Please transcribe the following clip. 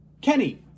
Kenny